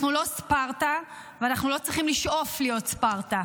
אנחנו לא ספרטה ואנחנו לא צריכים לשאוף להיות ספרטה.